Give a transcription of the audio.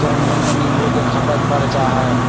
गर्मियन में नींबू के खपत बढ़ जाहई